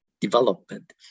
Development